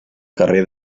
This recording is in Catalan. carrer